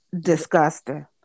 Disgusting